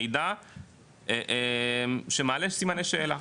מידע שמעלה סימני שאלה.